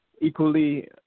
equally